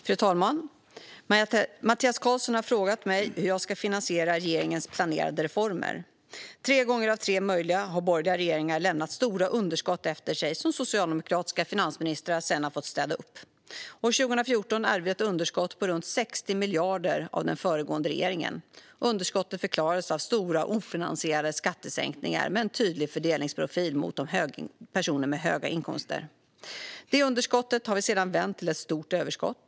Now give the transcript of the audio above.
Fru talman! Mattias Karlsson har frågat mig hur jag ska finansiera regeringens planerade reformer. Tre gånger av tre möjliga har borgerliga regeringar lämnat stora underskott efter sig, som socialdemokratiska finansministrar sedan har fått städa upp. År 2014 ärvde vi ett underskott på runt 60 miljarder av den föregående regeringen. Underskottet förklarades av stora ofinansierade skattesänkningar med en tydlig fördelningsprofil mot personer med höga inkomster. Detta underskott har vi sedan vänt till ett stort överskott.